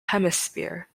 hemisphere